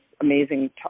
amazing